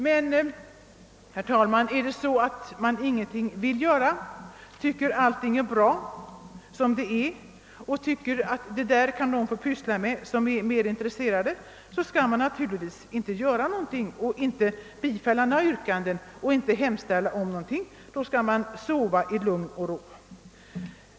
Men, herr talman, är det så att man ingenting vill göra, tycker allting är bra som det är, och att detta är någonting som de mera intresserade kan syssla med, skall man naturligtvis ingenting göra och inte hemställa om någonting, utan sova i lugn och ro.